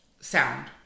sound